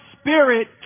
spirit